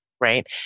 right